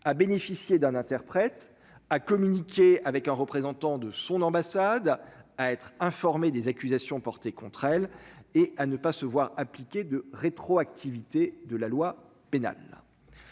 à bénéficier d'un interprète à communiquer avec un représentant de son ambassade à être informé des accusations portées contre elle et à ne pas se voir appliquer de rétroactivité de la loi pénale.